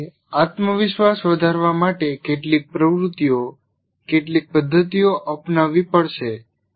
વ્યક્તિએ આત્મવિશ્વાસ વધારવા માટે કેટલીક પ્રવૃત્તિઓ કેટલીક પદ્ધતિઓ અપનાવવી પડશે